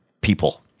people